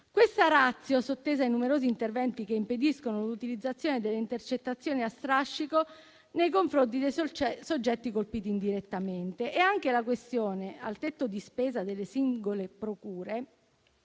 Questa è la *ratio* sottesa ai numerosi interventi che impediscono l'utilizzazione delle intercettazioni a strascico nei confronti dei soggetti colpiti indirettamente e anche la questione del tetto di spesa delle singole procure